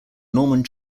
norman